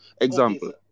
Example